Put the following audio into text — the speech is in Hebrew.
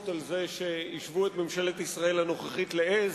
על זה שהשוו את ממשלת ישראל הנוכחית לעז.